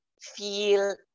feel